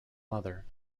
mother